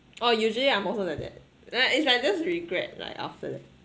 oh usually I'm also like that then it's like I just regret like after that